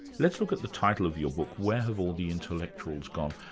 let's look at the title of your book where have all the intellectuals gone?